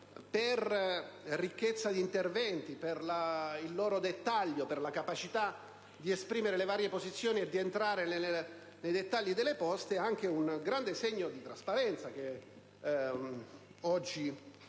la ricchezza degli interventi, per il loro dettaglio, per la capacità di esprimere le varie posizioni di entrare nei dettagli delle poste, anche un grande segno di trasparenza che oggi